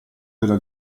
della